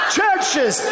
churches